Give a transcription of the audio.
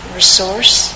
resource